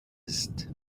ist